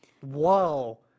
Whoa